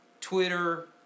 Twitter